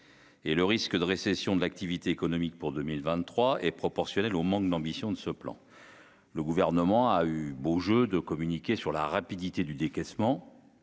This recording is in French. Et le risque de récession de l'activité économique pour 2023 est proportionnel au manque d'ambition de ce plan, le gouvernement a eu beau jeu de communiquer sur la rapidité du décaissement,